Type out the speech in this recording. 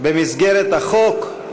במסגרת החוק.